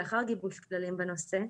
לאחר גיבוש כללים בנושא,